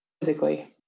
physically